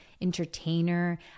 entertainer